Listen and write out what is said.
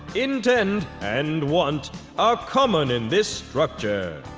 intend and want are common in this structure.